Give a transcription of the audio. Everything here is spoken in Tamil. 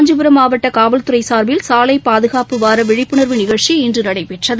காஞ்சிபுரம் மாவட்ட காவல்துறை சா்பில் சாலை பாதுகாப்பு வார விழிப்புணா்வு நிகழ்ச்சி இன்று நடைபெற்றது